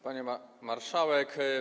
Pani Marszałek!